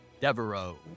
Devereaux